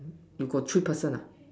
you got three person lah